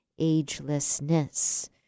agelessness